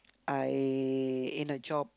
I in a job